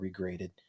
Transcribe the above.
regraded